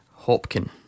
Hopkin